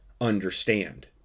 understand